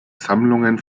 sammlungen